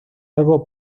algo